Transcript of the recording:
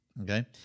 Okay